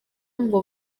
ngo